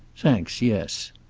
thanks. yes.